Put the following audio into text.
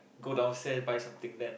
go downstairs buy something then